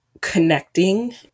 connecting